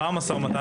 על מה המשא ומתן?